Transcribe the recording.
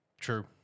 True